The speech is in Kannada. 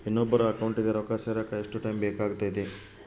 ಇನ್ನೊಬ್ಬರ ಅಕೌಂಟಿಗೆ ರೊಕ್ಕ ಸೇರಕ ಎಷ್ಟು ಟೈಮ್ ಬೇಕಾಗುತೈತಿ?